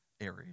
area